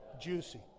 juicy